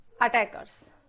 attackers